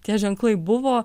tie ženklai buvo